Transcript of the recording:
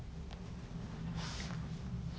oh